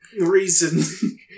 reason